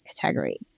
category